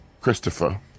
Christopher